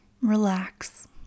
relax